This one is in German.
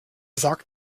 sagt